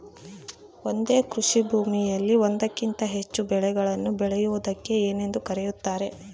ಒಂದೇ ಕೃಷಿಭೂಮಿಯಲ್ಲಿ ಒಂದಕ್ಕಿಂತ ಹೆಚ್ಚು ಬೆಳೆಗಳನ್ನು ಬೆಳೆಯುವುದಕ್ಕೆ ಏನೆಂದು ಕರೆಯುತ್ತಾರೆ?